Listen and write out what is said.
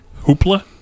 Hoopla